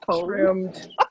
trimmed